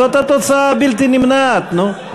זאת התוצאה הבלתי-נמנעת, נו.